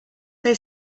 they